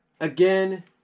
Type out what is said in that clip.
again